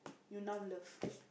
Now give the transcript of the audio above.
you now love